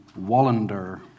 Wallander